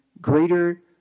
greater